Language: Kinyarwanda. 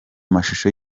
mashusho